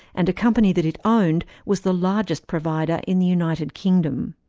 and a company that it owned was the largest provider in the united kingdom.